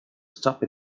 stop